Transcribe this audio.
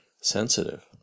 sensitive